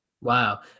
Wow